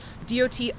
DOT